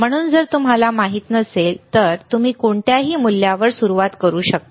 म्हणून जर तुम्हाला मूल्य माहित नसेल तर तुम्ही कोणत्याही मूल्यावर सुरुवात करू शकता